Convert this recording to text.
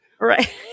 right